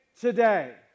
today